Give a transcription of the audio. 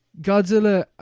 Godzilla